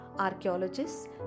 Archaeologists